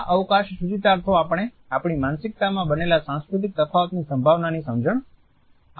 આ અવકાશી સૂચિતાર્થો આપણે આપણી માનસિકતામાં બનેલા સાંસ્કૃતિક તફાવતની સંભાવનાની સમજણ આપે છે